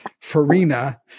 Farina